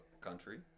country